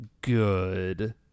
good